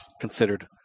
considered